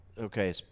Okay